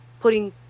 putting